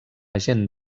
agent